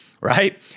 right